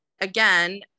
again